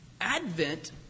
Advent